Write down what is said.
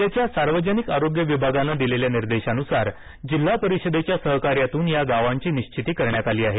राज्याच्या सार्वजनिक आरोग्य विभागाने दिलेल्या निर्देशानुसार जिल्हा परिषदेच्या सहकार्यातून या गावांची निश्चिती करण्यात आली आहे